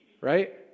right